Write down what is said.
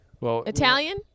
Italian